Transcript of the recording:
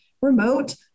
remote